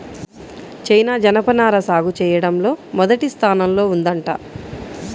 China జనపనార సాగు చెయ్యడంలో మొదటి స్థానంలో ఉందంట